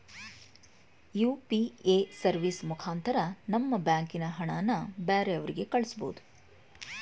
UPA service ಮುಖಾಂತರ ನಮ್ಮ ಬ್ಯಾಂಕಿನ ಹಣನ ಬ್ಯಾರೆವ್ರಿಗೆ ಕಳಿಸ್ಬೋದು